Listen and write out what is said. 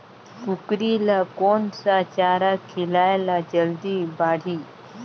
कूकरी ल कोन सा चारा खिलाय ल जल्दी बाड़ही?